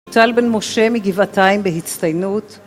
טל בן משה מגבעתיים בהצטיינות